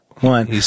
One